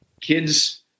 kids